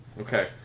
okay